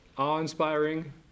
awe-inspiring